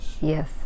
Yes